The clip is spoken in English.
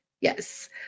Yes